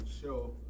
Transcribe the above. show